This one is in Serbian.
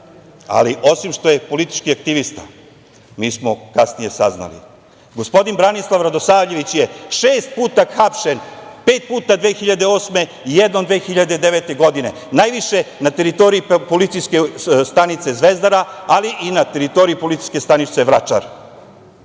ali osim što je politički aktivista mi smo kasnije saznali. Gospodin Branislav Radosavljević je šest puta hapšen, pet puta 2008. i jednom 2009. godine, najviše na teritoriji Policijske stanice Zvezdara, ali i na teritoriji Policijske stanice Vračar,